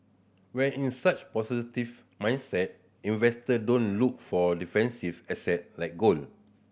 when in such positive mindset investor don't look for defensive asset like gold